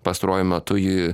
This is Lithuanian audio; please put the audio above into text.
pastaruoju metu ji